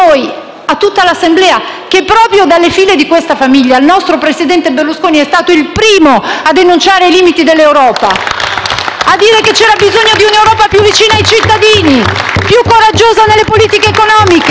tutta l'Assemblea, che, proprio dalle file di questa famiglia, il nostro presidente Berlusconi è stato il primo a denunciare i limiti dell'Europa *(applausi dal Gruppo FI-BP)*, a dire che c'era bisogno di un'Europa più vicina ai cittadini, più coraggiosa nelle politiche economiche, meno